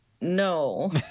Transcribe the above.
No